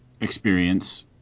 experience